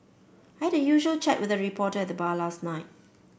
had a usual chat with a reporter at the bar last night